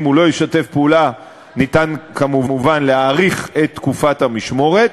אם הוא לא ישתף פעולה יהיה אפשר כמובן להאריך את תקופת המשמורת,